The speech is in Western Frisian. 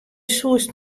soest